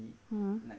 mm